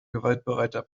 gewaltbereiter